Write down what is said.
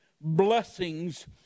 blessings